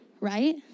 Right